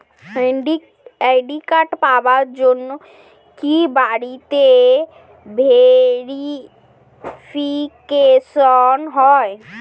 Credit card পাওয়ার জন্য কি বাড়িতে ভেরিফিকেশন হয়?